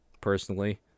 personally